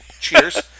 Cheers